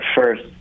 first